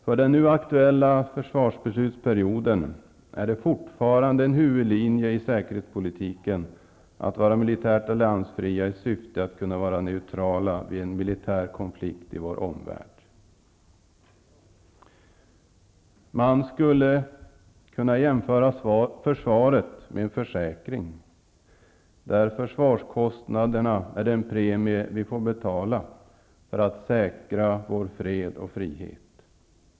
För den nu aktuella försvarsbeslutsperioden är det fortfarande en huvudlinje i säkerhetspolitiken att vi skall vara militärt alliansfria i syfte att kunna vara neutrala vid en militär konflikt i vår omvärld. Man skulle kunna jämföra försvaret med en försäkring -- där försvarskostnaderna är den premie vi får betala för att säkra vår fred och frihet.